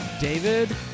David